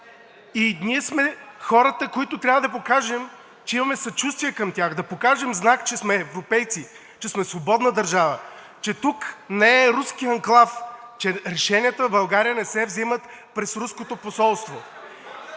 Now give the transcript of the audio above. Ние сме хората, които трябва да покажем, че имаме съчувствие към тях, да покажем знак, че сме европейци, че сме свободна държава, че тук не е руски анклав, че решенията в България не се взимат през Руското посолство!